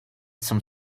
some